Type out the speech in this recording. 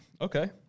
Okay